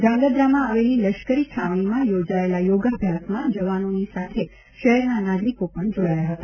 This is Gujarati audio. ધ્રાંગધ્રામાં આવેલી લશ્કરી છાવણીમાં યોજાયેલા યોગાભ્યાસમાં જવાનોની સાથે શહેરના નાગરિકો પણ જોડાયા હતા